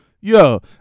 Yo